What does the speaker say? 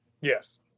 Yes